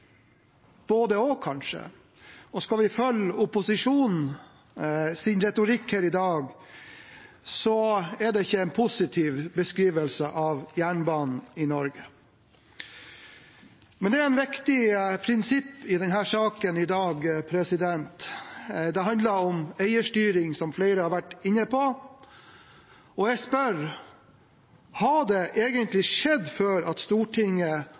både òg, kanskje. Skal vi følge opposisjonens retorikk her i dag, er ikke det en positiv beskrivelse av jernbanen i Norge. Men det er et viktig prinsipp i denne saken i dag. Det handler om eierstyring, som flere har vært inne på. Jeg spør: Har det egentlig skjedd før at Stortinget